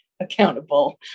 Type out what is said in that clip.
accountable